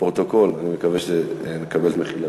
לפרוטוקול, ואני מקווה שאקבל את מחילתך.